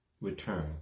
return